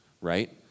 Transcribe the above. right